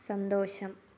സന്തോഷം